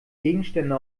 gegenstände